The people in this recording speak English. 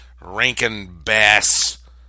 Rankin-Bass